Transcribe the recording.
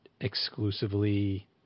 exclusively